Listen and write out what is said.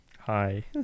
Hi